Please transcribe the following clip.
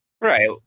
right